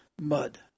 mud